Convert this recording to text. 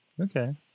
Okay